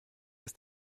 ist